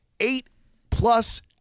Eight-plus